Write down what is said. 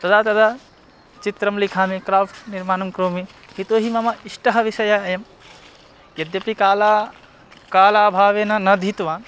तदा तदा चित्रं लिखामि क्राफ़्ट् निर्माणं करोमि यतोहि मम इष्टः विषयः अयं यद्यपि काला कालाभावेन नाधीत्वा